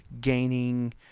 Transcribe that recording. gaining